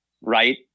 right